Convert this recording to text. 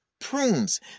prunes